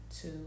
two